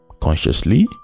consciously